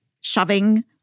shoving